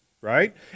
right